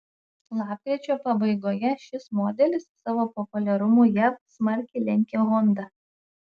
lapkričio pabaigoje šis modelis savo populiarumu jav smarkiai lenkė honda